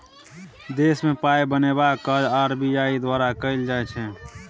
देशमे पाय बनेबाक काज आर.बी.आई द्वारा कएल जाइ छै